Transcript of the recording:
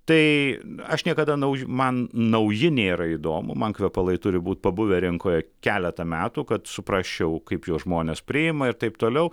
tai aš niekada nauj man nauji nėra įdomu man kvepalai turi būti pabuvę rinkoje keletą metų kad suprasčiau kaip juos žmonės priima ir taip toliau